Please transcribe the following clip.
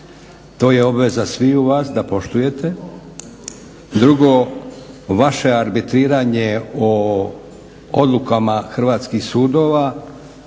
to je obveza sviju vas da poštujete. Drugo vaše arbitriranje o odlukama hrvatskih sudova